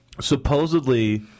Supposedly